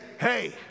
hey